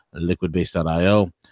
LiquidBase.io